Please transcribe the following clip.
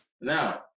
now